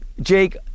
Jake